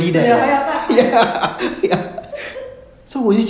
oh ya 还要再还